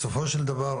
בסופו של דבר,